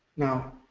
now,